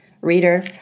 Reader